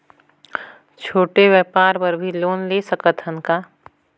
छोटे व्यापार बर भी लोन ले सकत हन का?